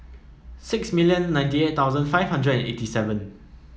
six million ninety eight thousand five hundred and eighty seven